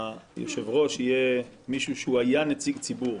שהיושב-ראש יהיה מישהו שהיה נציג ציבור,